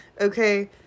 okay